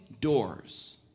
doors